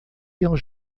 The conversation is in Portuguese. ele